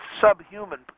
subhuman